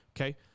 okay